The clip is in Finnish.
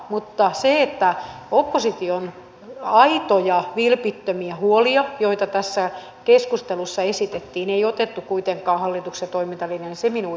mutta se että opposition aitoja vilpittömiä huolia joita tässä keskustelussa esitettiin ei otettu kuitenkaan hallituksen toimintalinjaan minua ihmetyttää